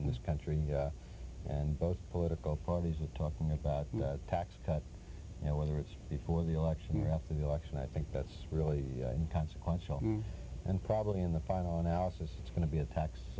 in this country and both political parties are talking about tax cuts and whether it's before the election or after the election i think that's really consequential and probably in the final analysis it's going to be a tax